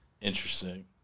Interesting